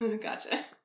Gotcha